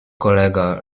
kolega